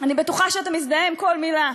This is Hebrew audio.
אני בטוחה שאתה מזדהה עם כל מילה.